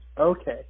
okay